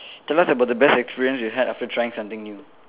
tell us about the best experience you had after trying something new